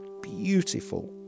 beautiful